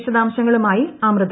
വിശദാംശങ്ങളുമായി അമൃത